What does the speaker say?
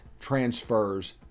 transfers